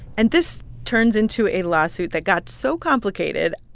and this turns into a lawsuit that got so complicated,